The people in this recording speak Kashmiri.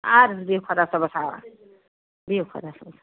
اَدٕ حظ بِہِو خۄدا صٲبَس حَوال بِہو خۄدا صٲبَس حَوالہٕ